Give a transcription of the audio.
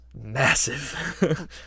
massive